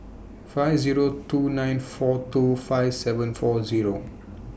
five Zero two nine four two five seven four Zero